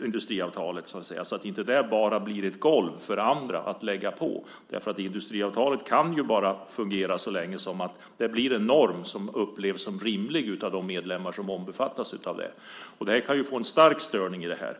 industriavtalet så att det inte bara blir ett golv för andra att lägga saker på? Industriavtalet kan bara fungera så länge det blir en norm som upplevs som rimlig av de medlemmar som omfattas av det. Det kan bli en stark störning i det.